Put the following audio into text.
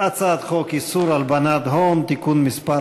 הצעת חוק איסור הלבנת הון (תיקון מס'